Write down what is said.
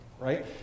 right